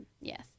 Yes